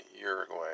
Uruguay